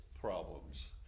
problems